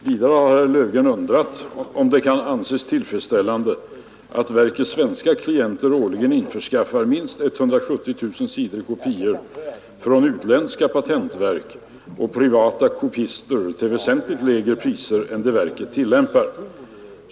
Vidare har herr Löfgren undrat om det kan anses tillfredsställande att verkets svenska klienter årligen införskaffar minst 170 000 sidor kopior från utländska patentverk och privata kopister till väsentligt lägre priser än dem verket tillämpar.